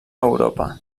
europa